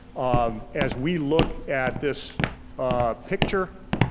um as we look at this picture,